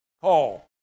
call